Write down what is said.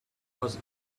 was